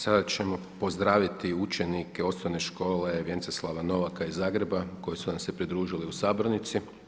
Sada ćemo pozdraviti učenike osnovne škole „Vjenceslava Novaka“ iz Zagreba, koji su nam se pridružili u sabornici.